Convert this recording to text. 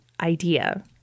idea